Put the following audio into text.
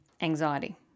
anxiety